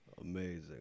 amazing